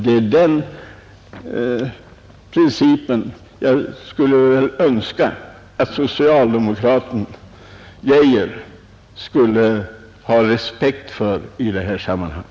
Det är den principen jag skulle önska att socialdemokraten Geijer skulle ha respekt för i detta sammanhang.